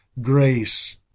grace